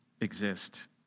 exist